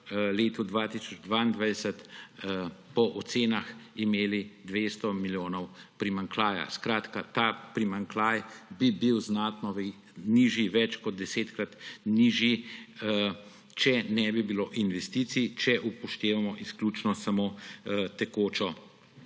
letu 2022 po ocenah imeli 200 milijonov primanjkljaja. Skratka, ta primanjkljaj bi bil znatno nižji, več ko desetkrat nižji, če ne bi bilo investicij, če upoštevamo izključno samo tekočo